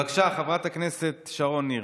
בבקשה, חברת הכנסת שרון ניר.